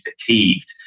fatigued